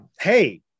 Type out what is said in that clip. Hey